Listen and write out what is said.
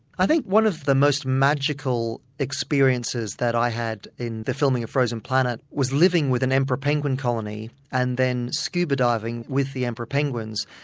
i think one of the most magical experiences that i had in the filming of frozen planet was living with an emperor penguin colony and then scuba-diving with the emperor penguins.